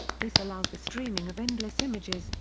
this allows the streaming of endless images,